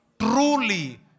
truly